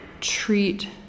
treat